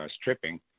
stripping